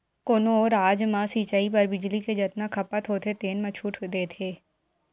कोनो राज म सिचई बर बिजली के जतना खपत होथे तेन म छूट देथे